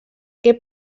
què